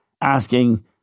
asking